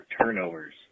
turnovers